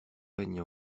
règne